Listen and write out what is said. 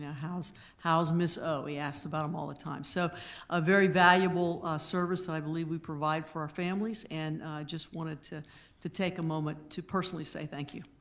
yeah how's how's ms. o? he asks about em all the time. so a very valuable service that i believe we provide for our families and i just wanted to to take a moment to personally say thank you.